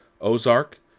Ozark